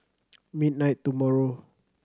midnight tomorrow